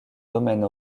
domaine